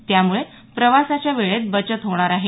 त्यामुळे प्रवासाच्या वेळेत बचत होणार आहे